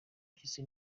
mpyisi